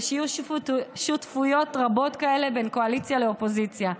ושיהיו שותפויות רבות כאלה בין קואליציה לאופוזיציה.